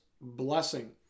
blessing